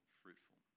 fruitful